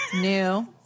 new